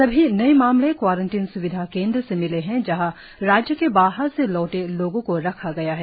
सभी नए मामले क्वारेंटिन स्विधा केंद्र से मिले है जहां राज्य के बाहर से लौटे लोगों को रखा गया है